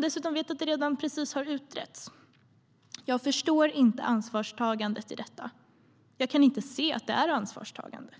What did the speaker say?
Dessutom vet man att det precis har utretts. Jag förstår inte ansvarstagandet i detta. Jag kan inte se att det är ansvarstagande.